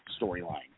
storyline